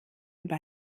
über